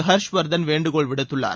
ஹாஷ்வாதன் வேண்டுகோள் விடுத்துள்ளார்